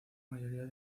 mayoría